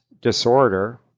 disorder